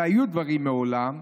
והיו דברים מעולם,